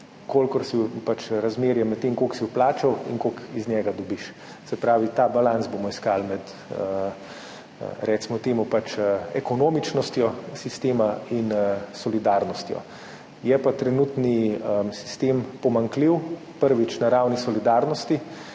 odražati razmerje med tem, koliko si vplačal in koliko iz njega dobiš. Se pravi, ta balans bomo iskali med recimo temu ekonomičnostjo sistema in solidarnostjo. Trenutni sistem pa je pomanjkljiv, prvič na ravni solidarnosti,